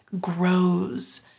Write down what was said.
grows